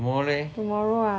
tomorrow leh